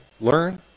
Learn